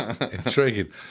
Intriguing